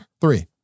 Three